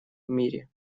мире